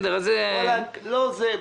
לא זה.